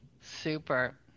Super